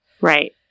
right